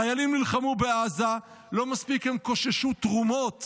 חיילים נלחמו בעזה, לא מספיק שהם קוששו תרומות